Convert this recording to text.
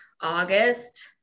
August